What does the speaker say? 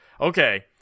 Okay